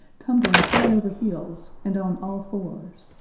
tumbling head over heels and on all fours,